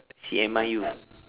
C_M_I you